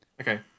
Okay